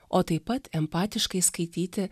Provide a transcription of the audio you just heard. o taip pat empatiškai skaityti